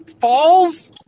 falls